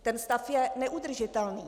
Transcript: Ten stav je neudržitelný.